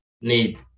need